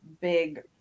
big